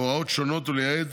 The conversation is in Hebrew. הוראות שונות ולייעד